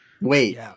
Wait